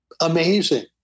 amazing